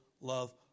love